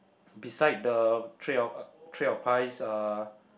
beside the tray of ah tray of pies uh